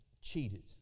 cheated